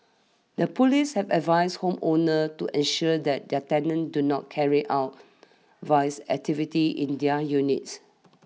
the police have advised home owners to ensure that their tenants do not carry out vice activities in their units